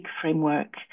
Framework